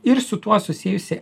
ir su tuo susijusi